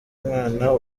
umwana